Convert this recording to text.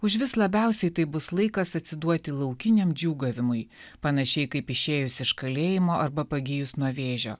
užvis labiausiai tai bus laikas atsiduoti laukiniam džiūgavimui panašiai kaip išėjus iš kalėjimo arba pagijus nuo vėžio